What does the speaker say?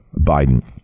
Biden